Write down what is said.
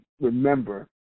remember